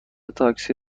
تاکسی